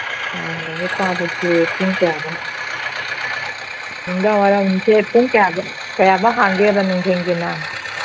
ꯑꯣ ꯅꯨꯃꯤꯠ ꯇꯥꯕꯁꯦ ꯄꯨꯡ ꯀꯌꯥꯐꯥꯎ ꯅꯨꯡꯗꯥꯡꯋꯥꯏꯔꯝꯁꯦ ꯄꯨꯡ ꯀꯌꯥꯐꯥꯎ ꯍꯥꯡꯒꯦꯕ ꯅꯨꯡꯙꯤꯟꯒꯤꯅ